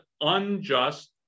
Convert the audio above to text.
unjust